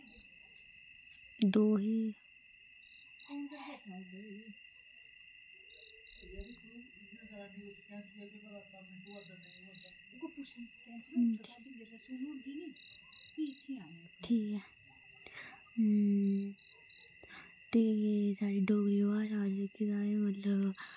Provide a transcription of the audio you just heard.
दूई ठीक ऐ ते साढ़ी डोगरी भाशा जेह्की ते एह्दी